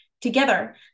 Together